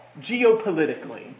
geopolitically